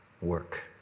work